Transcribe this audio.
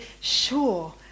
sure